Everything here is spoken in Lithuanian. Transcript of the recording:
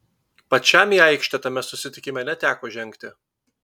pačiam į aikštę tame susitikime neteko žengti